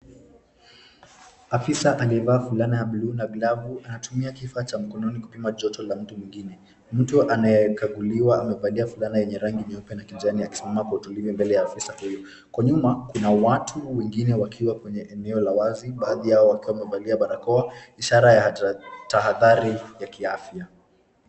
Afisa amevaa fulana ya buluu na glavu. Anatumia kifaa cha mkononi kupima joto la mtu mwingine. Mtu anayekaguliwa amevalia fulana yenye rangi ya kijana akismama kwa utulivu mbele ya afisa huyu. Kwa nyuma, kuna watu wengine wakiwa kwenye eneo la wazi baadhi yao wakiwa wamevalia barakoa, ishara ya tahadhari ya kiafya.